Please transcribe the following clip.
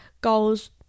goals